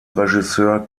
regisseur